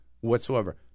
whatsoever